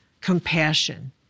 Compassion